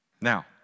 Now